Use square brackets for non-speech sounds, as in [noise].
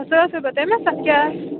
سُہ حَظ [unintelligible] بہٕ تمِی ساتہِ کیٛاہ آسہِ